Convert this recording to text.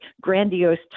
grandiose